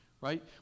right